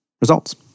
results